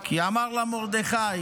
כי אמר לה מרדכי,